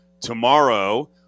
Tomorrow